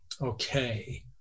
Okay